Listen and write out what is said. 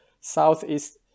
southeast